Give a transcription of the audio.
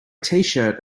tshirt